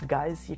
Guys